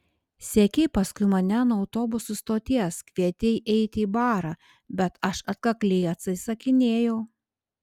sekei paskui mane nuo autobusų stoties kvietei eiti į barą bet aš atkakliai atsisakinėjau